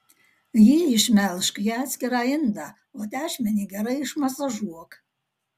jį išmelžk į atskirą indą o tešmenį gerai išmasažuok